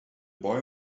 boy